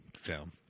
film